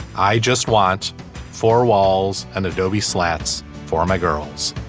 i just want four walls and adobe slats for my girls.